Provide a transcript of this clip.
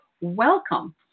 welcome